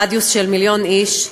ברדיוס של מיליון איש,